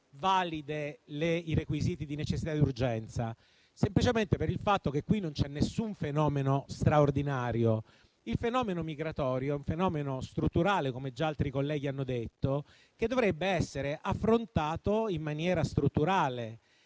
validi i requisiti di necessità di urgenza? Semplicemente per il fatto che qui non c'è nessun fenomeno straordinario. Il fenomeno migratorio è strutturale, come già altri colleghi hanno evidenziato, e dovrebbe essere affrontato in maniera strutturale.